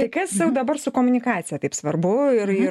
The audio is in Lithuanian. tai kas jau dabar su komunikacija taip svarbu ir ir